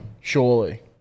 Surely